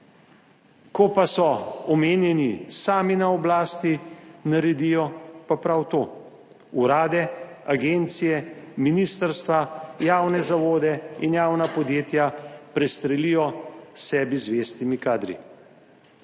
Ko pa so omenjeni sami na oblasti, naredijo pa prav to, urade, agencije, ministrstva, javne zavode in javna podjetja prestrelijo s sebi zvestimi kadri.